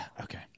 Okay